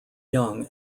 young